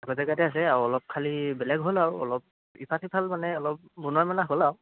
আগৰ জেগাতেই আছে আৰু অলপ খালি বেলেগ হ'ল আৰু অলপ ইফাল সিফাল মানে অলপ বনোৱা মেলা হ'ল আৰু